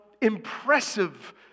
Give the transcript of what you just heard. impressive